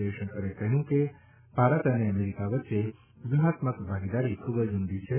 જયશંકરે કહ્યું કે ભારત અને અમેરિકા વચ્ચે વ્યૂહાત્મક ભાગીદારી ખૂબ ઉડી છે